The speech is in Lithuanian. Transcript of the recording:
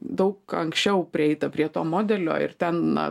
daug anksčiau prieita prie to modelio ir ten na